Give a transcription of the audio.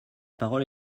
parole